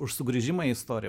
už sugrįžimą į istoriją